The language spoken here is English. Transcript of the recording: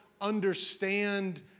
understand